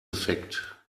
defekt